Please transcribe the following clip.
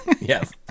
yes